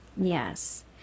yes